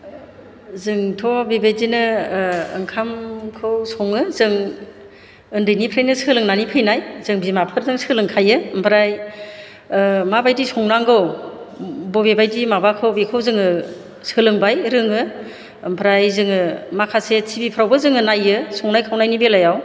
जोंथ' बेबायदिनो ओंखामखौ सङो जों उन्दैनिफ्रायनो सोलोंनानै फैनाय जों बिमाफोरजों सोलोंखायो ओमफ्राय माबायदि संनांगौ बबेबायदि माबाखौ बेखौ जोङो सोलोंबाय रोङो ओमफ्राय जोङो माखासे टि भि फोरावबो जोङो नायो संनाय खावनायनि बेलायाव